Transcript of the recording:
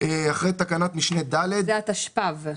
זה התשפ"ו.